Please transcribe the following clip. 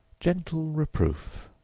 gentle reproof,